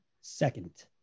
second